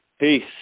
Peace